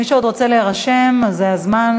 מי שעוד רוצה להירשם זה הזמן,